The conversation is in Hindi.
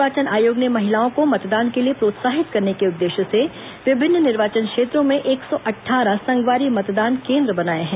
निर्वाचन आयोग ने महिलाओं को मतदान के लिए प्रोत्साहित करने के उद्देश्य से विभिन्न निर्वाचन क्षेत्रों में एक सौ अट्ठारह संगवारी मतदान केन्द्र बनाए हैं